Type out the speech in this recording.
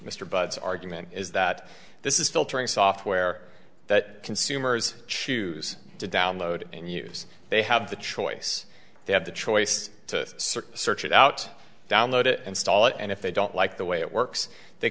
mr bud's argument is that this is filtering software that consumers choose to download and use they have the choice they have the choice to search it out download it install it and if they don't like the way it works they